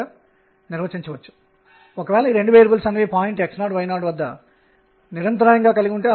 కాబట్టి ఇందులో మళ్ళీ ఇప్పుడు నేను మొమెంటం ద్రవ్యవేగం భావనను మొదట సాధారణీకరించబోతున్నాను